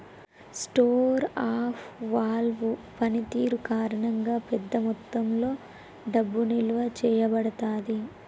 store of value పనితీరు కారణంగా, పెద్ద మొత్తంలో డబ్బు నిల్వ చేయబడతాది